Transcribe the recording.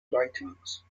writings